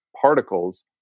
particles